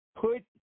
put